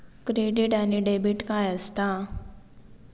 Credit आणि debit काय असता?